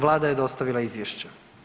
Vlada je dostavila izvješće.